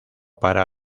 para